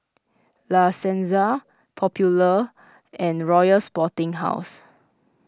La Senza Popular and Royal Sporting House